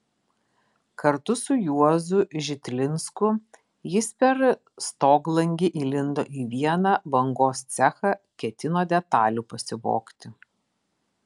kartu su juozu žitlinsku jis per stoglangį įlindo į vieną bangos cechą ketino detalių pasivogti